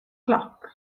clock